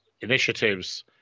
initiatives